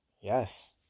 Yes